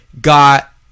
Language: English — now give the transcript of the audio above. got